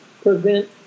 prevent